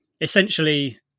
essentially